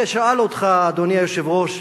ששאל אותך, אדוני היושב-ראש,